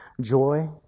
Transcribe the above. joy